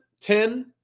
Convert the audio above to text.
Ten